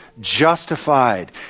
justified